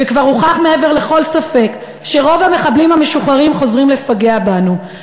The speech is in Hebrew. וכבר הוכח מעבר לכל ספק שרוב המחבלים המשוחררים חוזרים לפגע בנו.